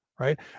right